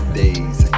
days